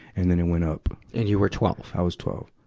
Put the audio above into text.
and then it went up. and you were twelve. i was twelve.